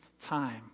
time